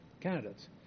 candidates